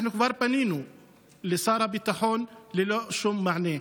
אנחנו כבר פנינו לשר הביטחון, ללא שום מענה.